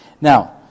Now